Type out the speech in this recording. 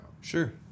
Sure